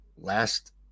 last